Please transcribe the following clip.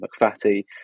McFatty